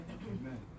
Amen